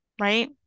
right